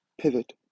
pivot